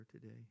today